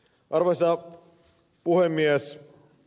arvoisa puhemies